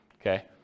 Okay